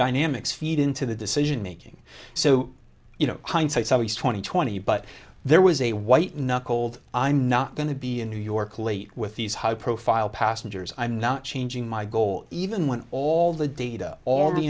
dynamics feed into the decision making so you know hindsight's always twenty twenty but there was a white knuckled i'm not going to be in new york late with these high profile passengers i'm not changing my goal even when all the data all the